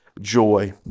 joy